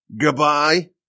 Goodbye